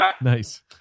Nice